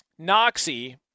Noxy